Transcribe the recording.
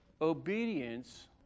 obedience